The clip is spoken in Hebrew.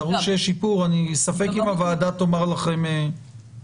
תראו שיש שיפור אני ספק אם הוועדה תאמר לכם לא.